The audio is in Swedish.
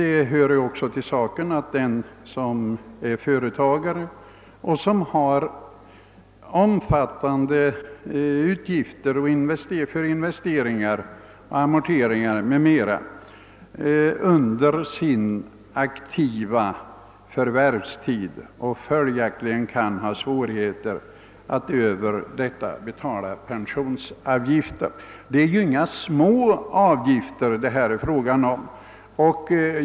Det hör också till saken att företagarna ofta har omfattande utgifter i form av investeringar, amorteringar m.m. under sin aktiva förvärvstid och följaktligen kan ha svårigheter att utöver detta betala pensionsavgifter. Det är ju inga små avgifter det är fråga om.